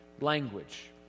language